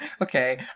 Okay